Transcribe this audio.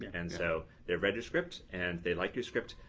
and so they've read your script, and they like your script,